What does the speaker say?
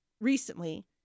recently